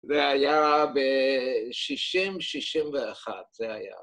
זה היה בשישים, שישים ואחת, זה היה.